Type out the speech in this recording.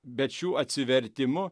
bet šių atsivertimu